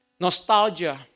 nostalgia